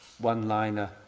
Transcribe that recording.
one-liner